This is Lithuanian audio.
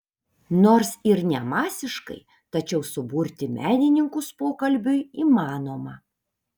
nors ir ne masiškai tačiau suburti menininkus pokalbiui įmanoma